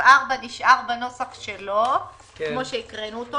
נשאר בנוסחו, כפי שהקראנו.